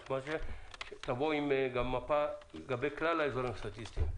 שתביאו לנו מפה לגבי כלל האזורים הסטטיסטיים,